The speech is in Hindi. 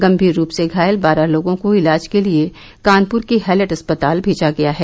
गम्मीर रूप घायल बारह लोगों को इलाज के लिए कानपुर के हैलेट अस्पातल भेजा गया है